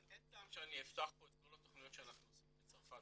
אין טעם שאפתח פה את כל התכניות שאנחנו עושים בצרפת,